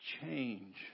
Change